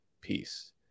peace